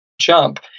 jump